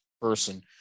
person